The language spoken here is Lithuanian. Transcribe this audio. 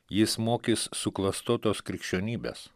jis mokys suklastotos krikščionybės